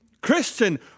Christian